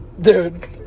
Dude